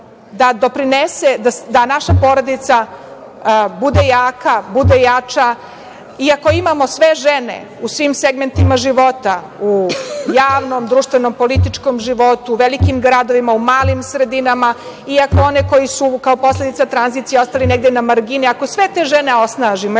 da doprinese da naša porodica bude jaka, bude jača. Ako imamo sve žene u svim segmentima života, u javnom, društvenom, političkom životu, velikim gradovima, u malim sredinama, i ako one koje su kao posledica tranzicija ostale negde na margini, ako sve te žene osnažimo